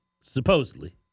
Supposedly